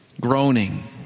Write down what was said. groaning